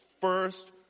first